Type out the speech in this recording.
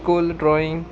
school drawing